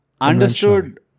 Understood